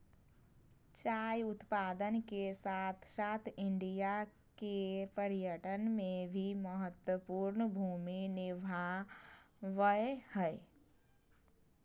चाय उत्पादन के साथ साथ इंडिया के पर्यटन में भी महत्वपूर्ण भूमि निभाबय हइ